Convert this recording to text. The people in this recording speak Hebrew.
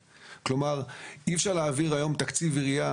כלומר, אי אפשר להעביר היום תקציב עירייה